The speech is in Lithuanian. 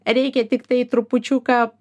reikia tiktai trupučiuką